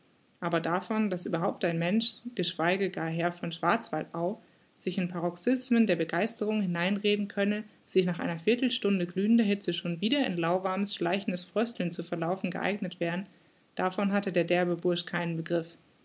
aber davon daß überhaupt ein mensch geschweige gar herr von schwarzwaldau sich in paroxismen der begeisterung hineinreden könne die nach einer viertelstunde glühender hitze schon wieder in lauwarmes schleichendes frösteln zu verlaufen geeignet wären davon hatte der derbe bursch keinen begriff